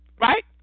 right